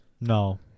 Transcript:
No